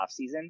offseason